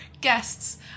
guests